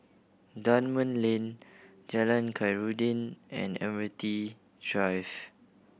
Dunman Lane Jalan Khairuddin and Drive